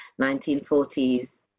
1940s